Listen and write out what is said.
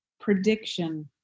Prediction